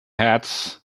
hats